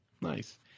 Nice